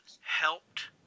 helped